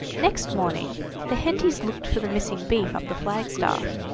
next morning the hentys looked for the missing beef up the flagstaff,